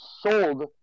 sold